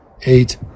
eight